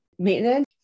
Maintenance